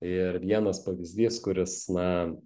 ir vienas pavyzdys kuris na